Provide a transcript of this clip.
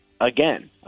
again